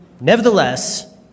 Nevertheless